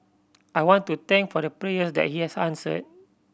I want to thank for the prayers that he has answered